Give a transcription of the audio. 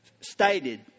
stated